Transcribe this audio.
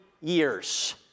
years